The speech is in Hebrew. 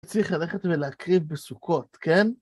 צריך ללכת ולהקריב בסוכות, כן?